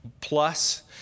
Plus